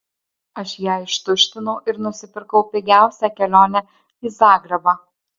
aš ją ištuštinau ir nusipirkau pigiausią kelionę į zagrebą